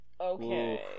Okay